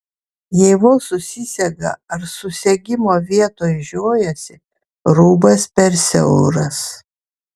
jei vos susisega ar susegimo vietoj žiojasi rūbas per siauras